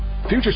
Future